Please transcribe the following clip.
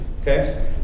okay